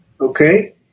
okay